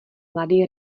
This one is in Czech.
mladý